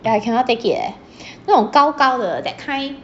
ya I cannot take it leh 那种高高的 that kind